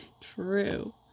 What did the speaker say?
True